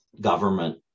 government